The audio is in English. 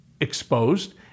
exposed